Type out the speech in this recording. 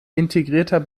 integrierter